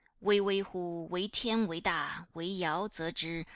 wei wei hu, wei tian wei da, wei yao ze zhi,